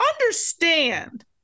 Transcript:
Understand